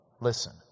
Listen